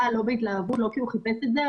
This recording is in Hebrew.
ולא בהתלהבות ולא כי הוא חיפש את זה,